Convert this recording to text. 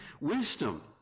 Wisdom